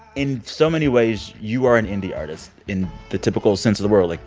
in so many ways, you are an indie artist in the typical sense of the word. like,